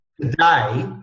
today